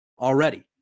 already